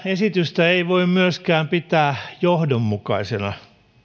esitystä ei voi myöskään pitää johdonmukaisena